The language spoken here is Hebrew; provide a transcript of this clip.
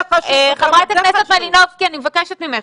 חברת הכנסת מלינובסקי, אני מבקשת ממך.